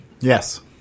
Yes